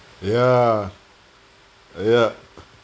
ya uh ya